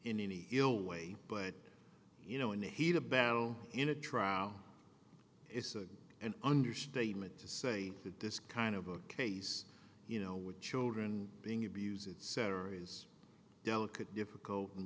in any ill way but you know in the heat of battle in a trial is an understatement to say that this kind of a case you know with children being abused etc is delicate difficult and